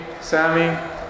Sammy